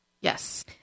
Yes